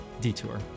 detour